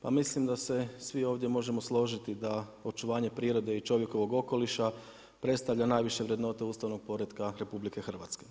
Pa mislim da se svi ovdje možemo složiti da očuvanje prirode i čovjekovog okoliša predstavlja najviše vrednote ustavnog poretka RH.